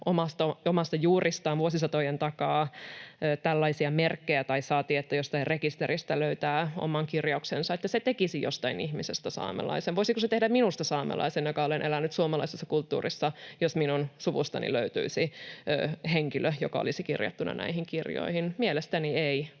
omista juuristaan vuosisatojen takaa tällaisia merkkejä, tai saati, että jostain rekisteristä löytää oman kirjauksensa, tekisi jostain ihmisestä saamelaisen. Voisiko se tehdä minusta saamelaisen, joka olen elänyt suomalaisessa kulttuurissa, jos minun suvustani löytyisi henkilö, joka olisi kirjattuna näihin kirjoihin? Mielestäni ei.